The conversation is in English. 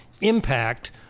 impact